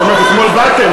את אומרת "אתמול באתם",